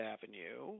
Avenue